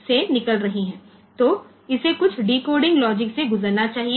तो इसे कुछ डिकोडिंग लॉजिक से गुजरना चाहिए